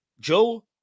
Joe